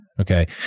Okay